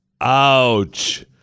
ouch